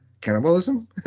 cannibalism